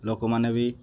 ଲୋକମାନେ ବି